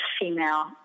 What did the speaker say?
female